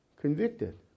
convicted